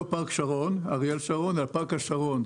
לא פארק אריאל שרון אלא פארק השרון,